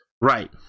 Right